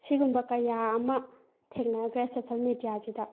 ꯁꯤꯒꯨꯝꯕ ꯀꯌꯥ ꯑꯃ ꯊꯦꯡꯅꯈ꯭ꯔꯦ ꯁꯣꯁꯦꯜ ꯃꯦꯗꯤꯌꯥꯁꯤꯗ